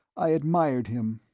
i admired him.